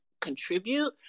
contribute